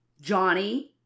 Johnny